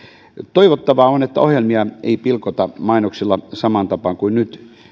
toivottavaa on että ohjelmia ei pilkota mainoksilla samaan tapaan kuin nyt